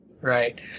Right